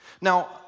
Now